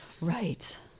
Right